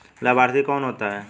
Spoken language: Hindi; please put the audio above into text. लाभार्थी कौन होता है?